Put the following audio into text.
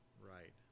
Right